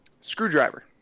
Screwdriver